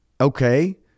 Okay